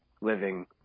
living